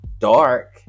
Dark